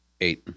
Eight